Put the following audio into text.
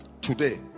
today